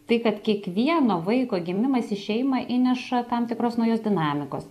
tai kad kiekvieno vaiko gimimas į šeimą įneša tam tikros naujos dinamikos